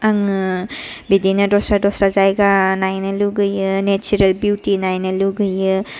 आङो बिदिनो दसरा दसरा जायगा नायनो लुगैयो नेचाराल बिउटि नायनो लुगैयो